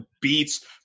beats